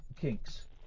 kinks